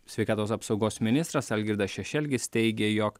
sveikatos apsaugos ministras algirdas šešelgis teigė jog